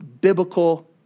biblical